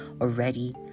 already